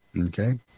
Okay